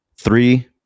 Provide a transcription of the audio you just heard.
Three